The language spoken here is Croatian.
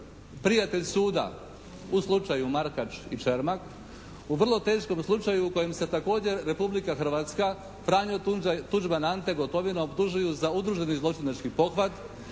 prijatelj suda u slučaju Markač i Čermak. U vrlo teškom slučaju u kojem se također Republika Hrvatska, Franjo Tuđman, Ante Gotovina optužuju za udruženi zločinački pothvat